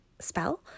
spell